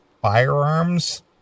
firearms